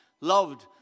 Loved